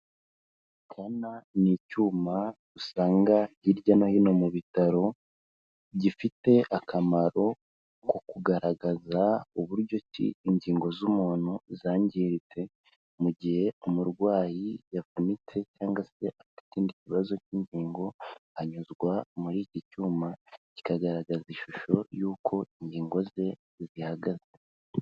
Scanner ni icyuma usanga hirya no hino mu bitaro, gifite akamaro ko kugaragaza uburyo ki ingingo z'umuntu zangiritse mu gihe umurwayi yavunitse cyangwa se afite ikindi kibazo cy'ingingo, anyuzwa muri iki cyuma kikagaragaza ishusho y'uko ingingo ze zihagaze.